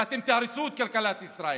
ואתם תהרסו את כלכלת ישראל.